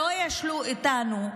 שלא ישלו אותנו.